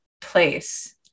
place